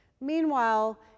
Meanwhile